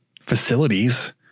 facilities